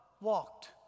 walked